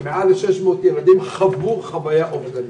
שיותר מ-600 ילדים חוו חוויה אובדנית,